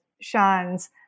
Shans